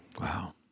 Wow